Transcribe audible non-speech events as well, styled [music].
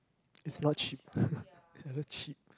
it's not cheap [breath] not cheap